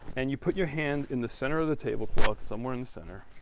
and you put your hand in the center of the tablecloth somewhere in the center